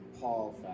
Paul